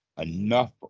enough